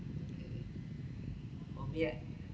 okay for me right